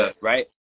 right